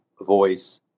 voice